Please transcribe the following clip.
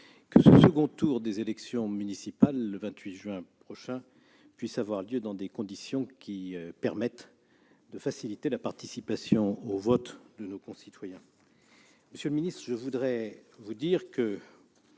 que ce second tour des élections municipales, le 28 juin prochain, puisse avoir lieu dans des conditions permettant de faciliter la participation au vote de nos concitoyens. Monsieur le secrétaire d'État, si vous avez